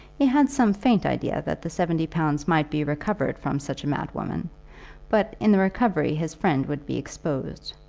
he had some faint idea that the seventy pounds might be recovered from such a madwoman but in the recovery his friend would be exposed,